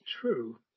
true